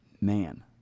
man